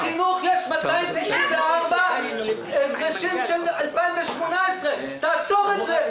למשרד החינוך יש 294 הפרשים של 2018. תעצור את זה.